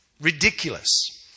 Ridiculous